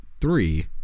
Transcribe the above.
three